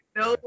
no